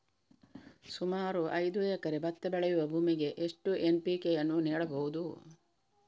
ಸುಮಾರು ಐದು ಎಕರೆ ಭತ್ತ ಬೆಳೆಯುವ ಭೂಮಿಗೆ ಎಷ್ಟು ಎನ್.ಪಿ.ಕೆ ಯನ್ನು ನೀಡಬಹುದು?